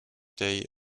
day